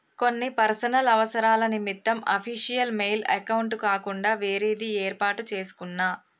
కొన్ని పర్సనల్ అవసరాల నిమిత్తం అఫీషియల్ మెయిల్ అకౌంట్ కాకుండా వేరేది యేర్పాటు చేసుకున్నా